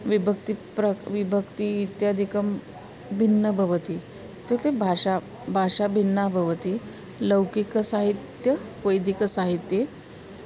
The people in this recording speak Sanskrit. विभक्तिप्रक् विभक्तिः इत्यादिकं भिन्नं भवति इत्युक्ते भाषा भाषा भिन्ना भवति लौकिकसाहित्ये वैदिकसाहित्ये